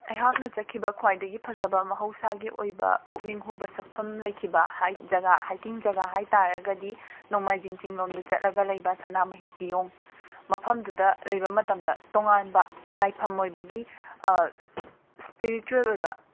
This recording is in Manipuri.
ꯑꯩꯍꯥꯛꯅ ꯆꯠꯈꯤꯕ ꯈ꯭ꯋꯥꯏꯗꯒꯤ ꯐꯖꯕ ꯃꯍꯧꯁꯥꯒꯤ ꯑꯣꯏꯕ ꯄꯨꯛꯅꯤꯡ ꯍꯨꯕ ꯁꯛꯐꯝ ꯂꯩꯈꯤꯕ ꯍꯥꯏꯛ ꯖꯒꯥ ꯍꯥꯏꯀꯤꯡ ꯖꯒꯥ ꯍꯥꯏꯇꯥꯔꯒꯗꯤ ꯅꯣꯡꯃꯥꯏꯖꯤꯡ ꯆꯤꯡ ꯂꯣꯝꯗ ꯆꯠꯂꯒ ꯂꯩꯕ ꯁꯅꯥꯃꯍꯤ ꯀꯤꯌꯣꯡ ꯃꯐꯝꯗꯨꯗ ꯂꯩꯕ ꯃꯇꯝꯗ ꯇꯣꯉꯥꯟꯕ ꯂꯥꯏꯐꯝ ꯑꯣꯏꯕꯒꯤ ꯁ꯭ꯄꯤꯔꯤꯆ꯭ꯋꯨꯦꯜ ꯑꯣꯏꯕ